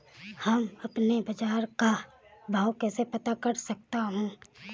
हम अपने बाजार का भाव कैसे पता कर सकते है?